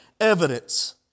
evidence